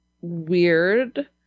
weird